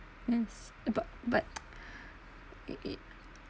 it's about but it it